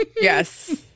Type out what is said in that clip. Yes